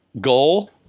goal